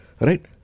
Right